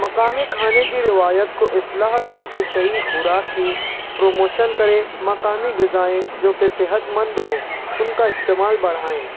مقامی کھانے کی روایت کو اصلاح کر کے صحیح خوراک کی پروموشن کریں مقامی غذائیں جوکہ صحت مند ہوں ان کا استعمال بڑھائیں